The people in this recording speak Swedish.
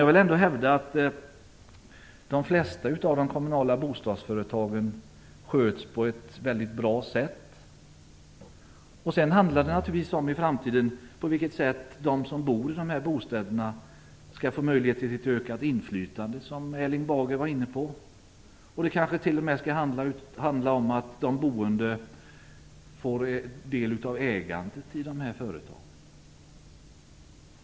Jag vill ändå hävda att de flesta av de kommunala bostadsföretagen sköts på ett väldigt bra sätt. Sedan handlar det naturligtvis om hur de som bor i de här bostäderna i framtiden skall kunna få ett ökat inflytande, vilket Erling Bager var inne på. Det kanske t.o.m. kommer att handla om att de boende får del av ägandet i de här företagen.